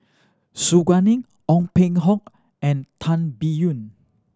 Su Guaning Ong Peng Hock and Tan Biyun